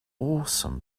awesome